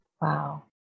wow